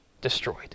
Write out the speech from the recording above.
destroyed